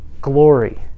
glory